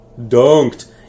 dunked